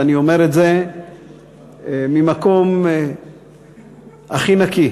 ואני אומר את זה ממקום הכי נקי.